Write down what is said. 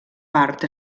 part